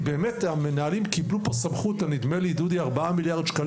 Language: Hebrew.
המנהלים קיבלו סמכות של כ-4 מיליארד ₪,